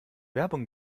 werbung